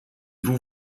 vous